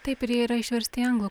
taip ir jie yra išversti į anglų